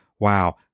Wow